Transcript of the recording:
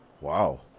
wow